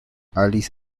alice